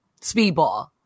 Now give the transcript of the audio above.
speedball